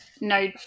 no